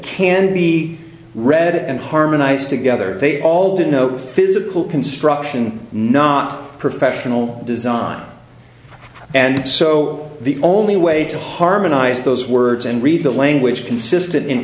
can be read and harmonize together they all denote physical construction not professional design and so the only way to harmonize those words and read the language consistent in